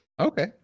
Okay